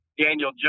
Daniel